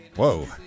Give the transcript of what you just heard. Whoa